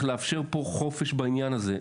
איך לאפשר פה חופש בעניין הזה.